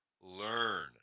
learn